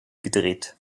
gedreht